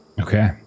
okay